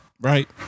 Right